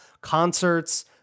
concerts